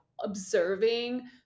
observing